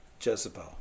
Jezebel